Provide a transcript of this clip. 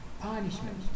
punishment